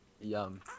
Yum